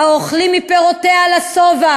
האוכלים מפירותיה לשובע